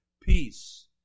Peace